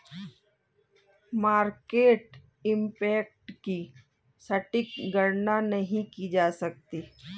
market impact की सटीक गणना नहीं की जा सकती